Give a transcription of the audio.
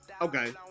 Okay